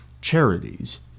charities